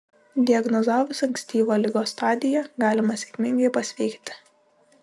diagnozavus ankstyvą ligos stadiją galima sėkmingai pasveikti